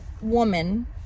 woman